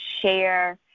share